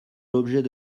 l’objet